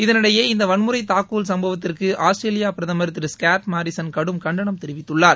இதனிடையே இந்த வன்முறை தாக்குதல் சம்பவத்திற்கு ஆஸ்திரேலியா பிரதமர் திரு ஸ்காட் மாரிசன் கடும் கண்டனம் தெரிவித்துள்ளார்